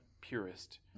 purist